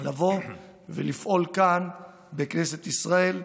לבוא ולפעול כאן בכנסת ישראל.